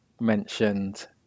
mentioned